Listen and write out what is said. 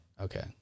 Okay